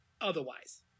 otherwise